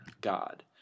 God